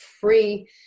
free